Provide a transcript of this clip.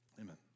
Amen